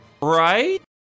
right